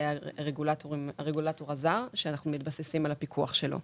הרגולטור הזר שאנחנו מתבססים על הפיקוח שלו.